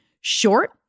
short